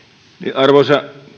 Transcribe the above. arvoisa